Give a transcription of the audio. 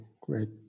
great